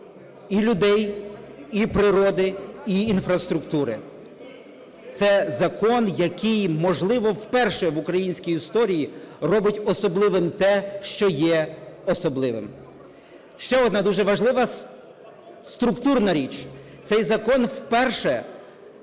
і людей, і природи, і інфраструктури. Це закон, який, можливо, вперше в українській історії робить особливим те, що є особливим. Ще одна дуже важлива структурна річ. Цей закон вперше